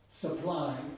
supply